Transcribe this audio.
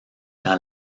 dans